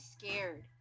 scared